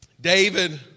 David